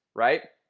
right?